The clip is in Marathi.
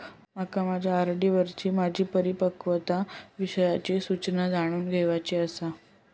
माका माझ्या आर.डी वरची माझी परिपक्वता विषयची सूचना जाणून घेवुची आसा